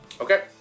Okay